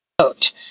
vote